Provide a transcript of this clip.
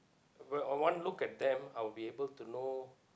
with one look at them I'll be able to know